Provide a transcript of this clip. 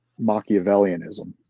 Machiavellianism